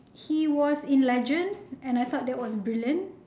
he was in legend and I thought that was brilliant